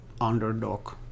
underdog